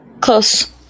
Close